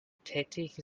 tätig